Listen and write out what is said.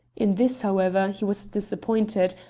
in this, however, he was disappointed,